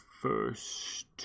first